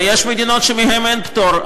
ויש מדינות שמהן אין פטור.